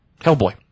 Hellboy